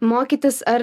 mokytis ar